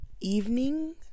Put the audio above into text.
evening